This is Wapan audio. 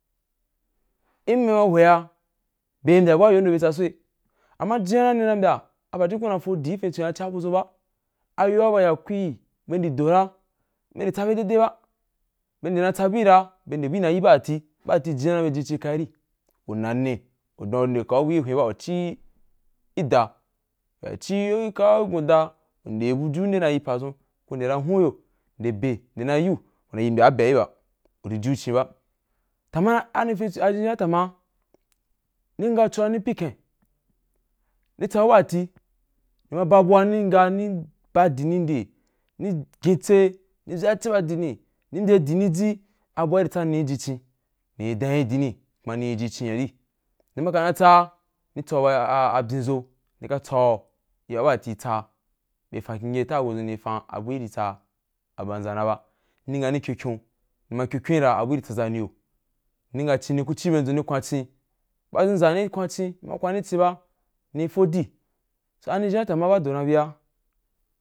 In be ma hwea ba mbya bua yondo be tsa soi, ama jian a nima mbya apjukun na fodi i fintswian chia budʒun ba ayoa a ba yakuī be ndi dora bendi tsa be dede ba be ndi na tsabuí ra be nde bui na yi baati baati jion be jichin kairi una nne dan uri nde kau bui hwen ba u chi da nya chiu kayau igunda, ande bujuu nde ro yi padʒun ku nde ra hwin hyo ku nde be ra yiu na yimbyaa abe ayi ba uri jiu chin ba tanma ani fintsa azhinzhin baatama, ni nga choa ni pikan nitsa bu baati nma ba bia ni nga ni ba dini nde ni ghenche ni vyache ba dini ne mbye diniji ahua iri tsanni jichi nii danyi chini, kuma nii jchin ari ni ma kana tsaa ru tsau ba a byinʒo rika tsau yi waa baati tsaba be fan kyingel ta bedʒun nii fan abuí ri tsa abomʒa na ba ni nga ni kyin kyun nima kyin kain ra abui ri tsaʒa niyo ni nga chini ku chibenb ʒun ni kwanchin baʒinʒa ni kwan chi nima kwanri chiba, nii fodi ani ʒhinbaa tanma ba do na bi ra.